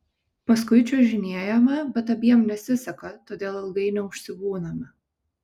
paskui čiuožinėjame bet abiem nesiseka todėl ilgai neužsibūname